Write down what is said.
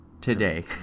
Today